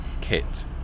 kit